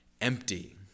empty